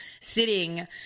sitting